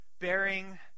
bearing